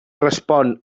respon